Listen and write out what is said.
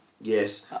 Yes